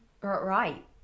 Right